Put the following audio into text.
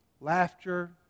laughter